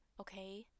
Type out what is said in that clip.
okay